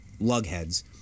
lugheads